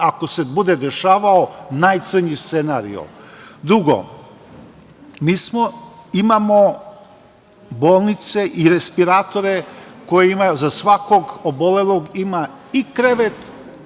ako se bude dešavao najcrnji scenario. Drugo, mi imamo bolnice i respiratore, koje imaju za svakog obolelog ima krevet